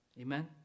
Amen